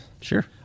Sure